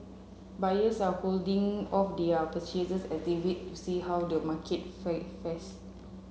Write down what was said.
buyers are holding off their purchases as they wait to see how the market fares